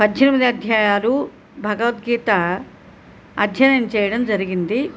పద్దెనిమిది అధ్యాయాలు భగవద్గీతా అధ్యయనం చేయడం జరిగింది